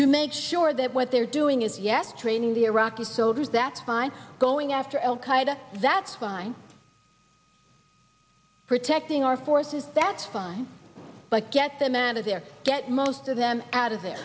to make sure that what they're doing is yet training the iraqi soldiers that by going after al qaeda that's fine protecting our forces that's fine but get them out of there get most of them out is the